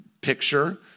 picture